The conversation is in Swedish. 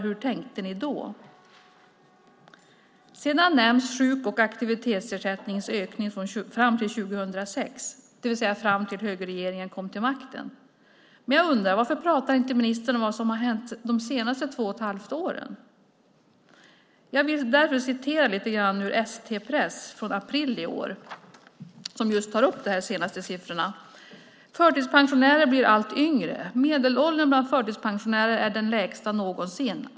Hur tänkte ni då? Sedan nämns sjuk och aktivitetsersättningens ökning fram till 2006, alltså fram till dess att högerregeringen kom till makten. Varför pratar inte ministern om vad som har hänt de senaste två och ett halvt åren? Jag vill citera lite ur ST-press från april i år där man tar upp de senaste siffrorna under rubriken "Förtidspensionärer allt yngre": "Medelåldern bland förtidspensionärer är den lägsta någonsin.